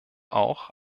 auch